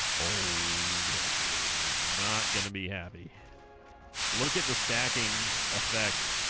oh not gonna be happy look at the stacking effect